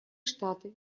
штаты